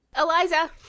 Eliza